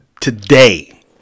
today